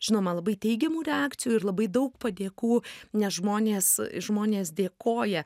žinoma labai teigiamų reakcijų ir labai daug padėkų nes žmonės žmonės dėkoja